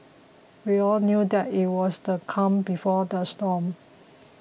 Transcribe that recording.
we all knew that it was the calm before the storm